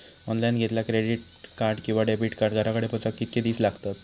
Online घेतला credit card किंवा debit card घराकडे पोचाक कितके दिस लागतत?